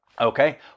okay